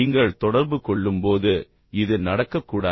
நீங்கள் தொடர்பு கொள்ளும்போது இது நடக்கக்கூடாது